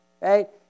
Right